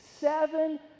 Seven